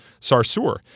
Sarsour